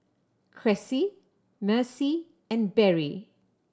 Cressie Mercy and Berry